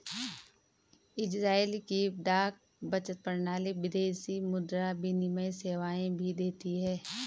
Israel की डाक बचत प्रणाली विदेशी मुद्रा विनिमय सेवाएं भी देती है